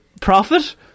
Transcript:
profit